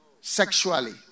sexually